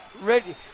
ready